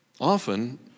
Often